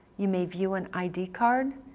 you may view an id card,